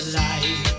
life